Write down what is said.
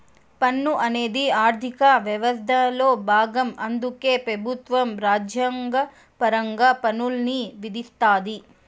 పన్ను అనేది ఆర్థిక యవస్థలో బాగం అందుకే పెబుత్వం రాజ్యాంగపరంగా పన్నుల్ని విధిస్తాది